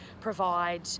provide